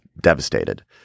devastated